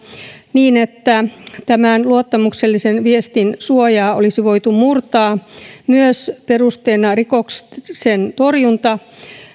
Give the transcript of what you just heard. niin että tämän luottamuksellisen viestin suojaa olisi voitu murtaa myös perusteena rikosten torjunta